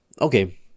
okay